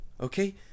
okay